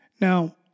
Now